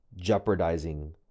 jeopardizing